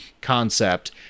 concept